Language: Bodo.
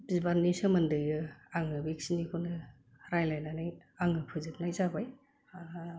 बिबारनि सोमोन्दै आङो बेखिनिखौनो रायज्लायनानै आङो फोजोबनाय जाबाय